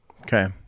Okay